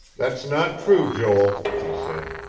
that's not true, joel, he said.